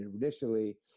initially